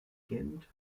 gent